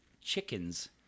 chickens